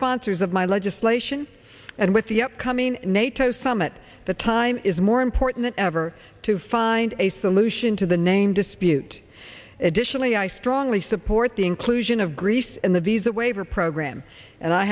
sponsors of my legislation and with the upcoming nato summit the time is more important than ever to find a solution to the name dispute additionally i strongly support the inclusion of greece in the visa waiver program and i